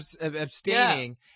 abstaining